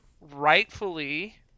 rightfully